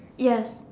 yes